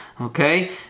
Okay